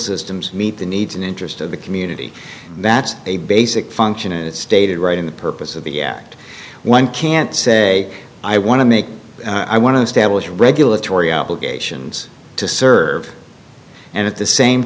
systems meet the needs and interests of the community that's a basic function and it stated right in the purpose of the act one can't say i i want to make i want to establish regulatory obligations to serve and at the same